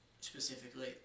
specifically